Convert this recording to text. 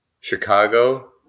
Chicago